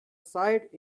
sight